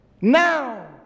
now